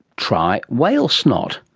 try whale snot!